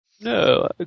No